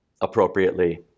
appropriately